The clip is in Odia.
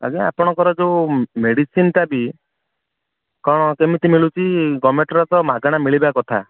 ଆଜ୍ଞା ଆପଣଙ୍କର ଯେଉଁ ମେଡ଼ିସିନଟା ବି କ'ଣ କେମିତି ମିଳୁଛି ଗଭରନମେଣ୍ଟରତ ମାଗଣା ମିଳିବା କଥା